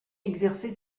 exercer